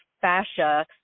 fascia